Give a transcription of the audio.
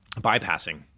bypassing